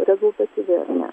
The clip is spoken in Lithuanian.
rezultatyvi ar ne